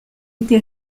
été